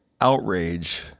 outrage